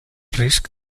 risc